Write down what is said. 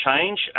change